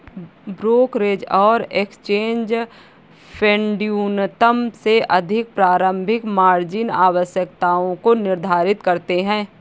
brokerage और exchange फेडन्यूनतम से अधिक प्रारंभिक मार्जिन आवश्यकताओं को निर्धारित करते हैं